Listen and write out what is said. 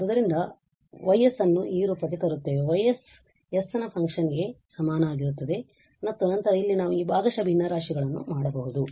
ಆದ್ದರಿಂದ ನಾವು ಮತ್ತೆ Y ಅನ್ನು ಈ ರೂಪಕ್ಕೆ ತರುತ್ತೇವೆ Y s ನ ಈಫಂಕ್ಷನ್ ಗೆ ಗೆ ಸಮನಾಗಿರುತ್ತದೆ ಮತ್ತು ನಂತರ ಇಲ್ಲಿ ನಾವು ಈ ಭಾಗಶಃ ಭಿನ್ನರಾಶಿಗಳನ್ನು ಮಾಡಬಹುದು